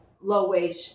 low-wage